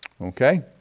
Okay